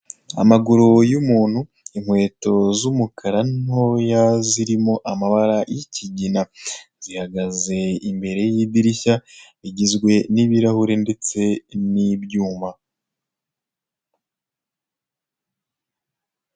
Amaguru y'umuntu, inkweto z'umukara ntoya zirimo amabara y'ikigina, zihagaze imbere y'idirishya rigizwe n'ibirahure ndetse n'ibyuma.